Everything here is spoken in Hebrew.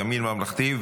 ימין ממלכתי,